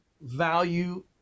value